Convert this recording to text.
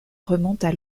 remontent